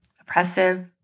oppressive